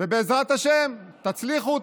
ובעזרת השם תצליחו.